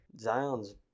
Zion's